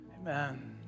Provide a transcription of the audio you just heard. amen